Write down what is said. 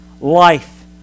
life